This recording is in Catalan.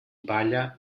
palla